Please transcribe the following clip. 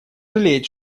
жалеет